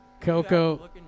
Coco